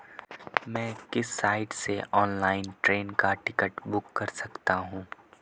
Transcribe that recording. मैं किस साइट से ऑनलाइन ट्रेन का टिकट बुक कर सकता हूँ?